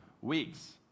weeks